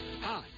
Hi